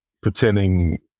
pretending